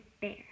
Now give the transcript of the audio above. bear